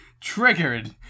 Triggered